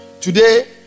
Today